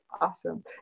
awesome